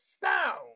sound